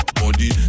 body